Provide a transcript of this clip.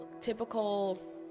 typical